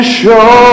show